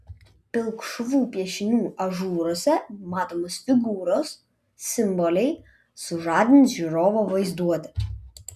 pilkšvų piešinių ažūruose matomos figūros simboliai sužadins žiūrovo vaizduotę